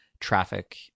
traffic